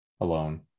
alone